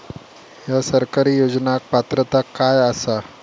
हया सरकारी योजनाक पात्रता काय आसा?